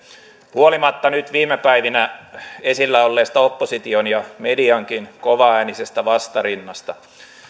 huolimatta nyt viime päivinä esillä olleesta opposition ja mediankin kovaäänisestä vastarinnasta